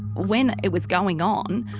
when it was going on,